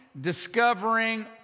discovering